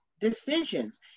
decisions